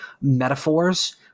metaphors